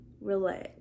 relax